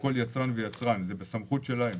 זה בסמכות שלהם.